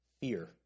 fear